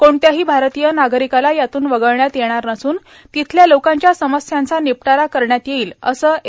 कुठल्याही भारतीय नागरिकाला यातुन वगळण्यात येणार नसून तिथल्या लोकांच्या समस्यांचा निपटारा करण्यात येईल असं ए